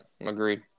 Agreed